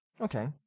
Okay